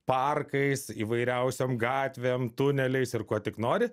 parkais įvairiausiom gatvėm tuneliais ir kuo tik nori